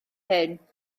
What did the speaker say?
hyn